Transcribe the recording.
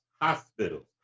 hospitals